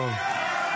פחדנים.